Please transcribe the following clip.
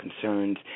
concerns